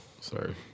Sorry